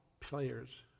players